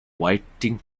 writing